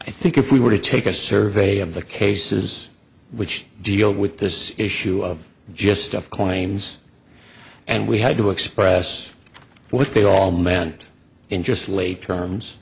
i think if we were to take a survey of the cases which deal with this issue of just of claims and we had to express what they all meant in just lay terms